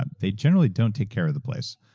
but they generally don't take care of the place.